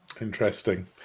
Interesting